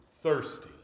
thirsty